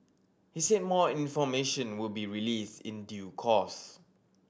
he said more information would be released in due course